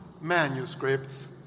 manuscripts